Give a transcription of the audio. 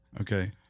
Okay